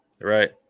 Right